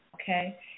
okay